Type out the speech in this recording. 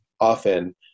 often